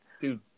Dude